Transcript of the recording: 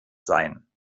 sein